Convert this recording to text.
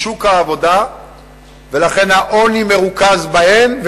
משוק העבודה ולכן העוני מרוכז בהן.